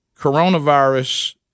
coronavirus